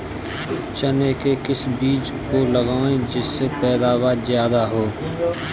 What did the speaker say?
चने के किस बीज को लगाएँ जिससे पैदावार ज्यादा हो?